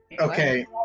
Okay